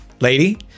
lady